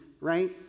right